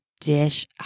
dish